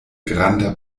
granda